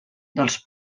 dels